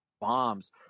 bombs